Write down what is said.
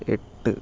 എട്ട്